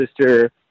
sister